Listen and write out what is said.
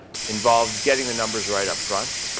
involved getting the numbers right up front,